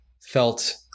felt